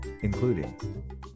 including